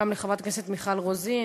לחברות הכנסת מיכל רוזין,